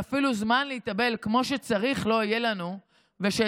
שאפילו זמן להתאבל כמו שצריך לא יהיה לנו ושאת